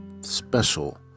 special